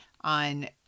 on